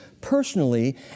personally